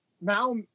now